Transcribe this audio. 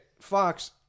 Fox